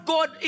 God